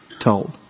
told